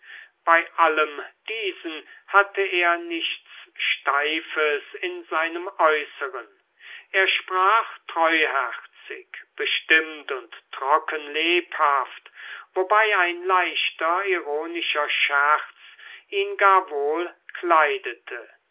bei allem diesen hatte er nichts steifes in seinem äußeren er sprach treuherzig bestimmt und trocken lebhaft wobei ein leichter ironischer scherz ihn gar wohl kleidete